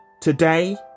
today